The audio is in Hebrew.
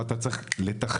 אתה צריך לתכנן.